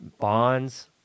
bonds